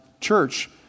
church